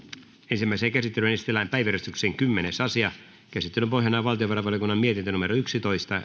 ensimmäiseen käsittelyyn esitellään päiväjärjestyksen kymmenes asia käsittelyn pohjana on valtiovarainvaliokunnan mietintö yksitoista